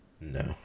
No